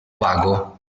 vago